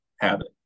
habit